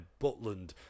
Butland